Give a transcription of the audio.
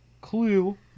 Clue